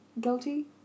guilty